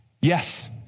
Yes